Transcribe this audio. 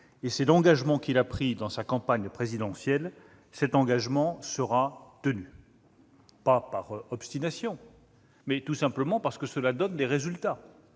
et c'est l'engagement qu'il a pris au cours de sa campagne présidentielle. Cet engagement sera tenu non par obstination, mais tout simplement parce qu'il donne des résultats.